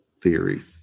theory